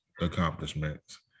accomplishments